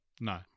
No